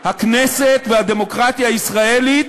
הכנסת והדמוקרטיה הישראלית,